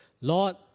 Lord